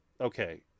okay